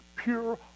pure